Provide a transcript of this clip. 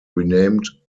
renamed